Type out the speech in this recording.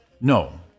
No